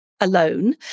Alone